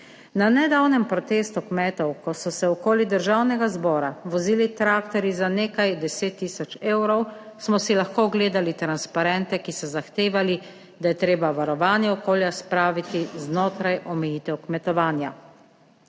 Na nedavnem protestu kmetov, ko so se okoli Državnega zbora vozili traktorji za nekaj 10 tisoč evrov, smo si lahko ogledali transparente, ki so zahtevali, da je treba varovanje okolja spraviti znotraj omejitev kmetovanja.